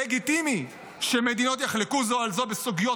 לגיטימי שמדינות יחלקו זו על זו בסוגיות